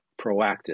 proactive